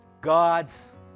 God's